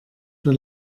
für